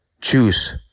Choose